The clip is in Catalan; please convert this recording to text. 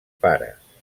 pares